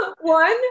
one